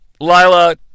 Lila